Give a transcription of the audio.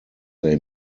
they